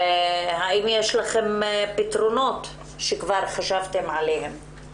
האם יש לכם פתרונות שכבר חשבתם עליהם?